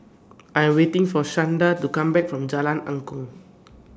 I Am waiting For Shanda to Come Back from Jalan Angklong